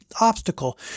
obstacle